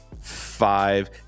five